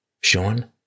Sean